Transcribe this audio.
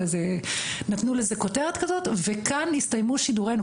או נתנו זה כותרת כזאת וכאן הסתיימו שידורנו,